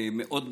מאוד בקצרה,